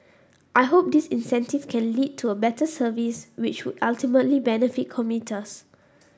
I hope this incentive can lead to a better service which would ultimately benefit commuters